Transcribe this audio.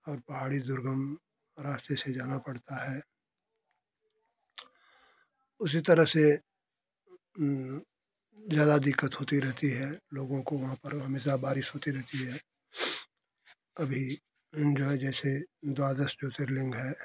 और पहाड़ी दुर्गम रास्ते से जाना पड़ता है उसी तरह से ज्यादा दिक्कत होती रहती है लोगों को वहाँ पर हमेशा बारिश होती रहती है अभी इन्जॉय जैसे द्वादश ज्योतिर्लिंग है